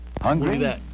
Hungry